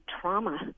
trauma